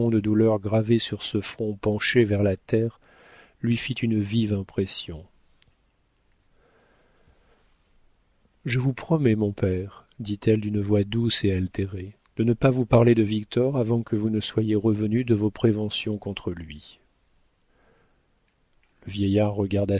douleur gravée sur ce front penché vers la terre lui fit une vive impression je vous promets mon père dit-elle d'une voix douce et altérée de ne pas vous parler de victor avant que vous ne soyez revenu de vos préventions contre lui le vieillard regarda